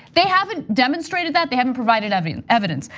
they haven't demonstrated that, they haven't provided i mean evidence.